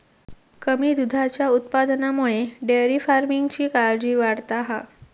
कमी दुधाच्या उत्पादनामुळे डेअरी फार्मिंगची काळजी वाढता हा